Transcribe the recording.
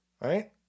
Right